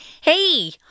hey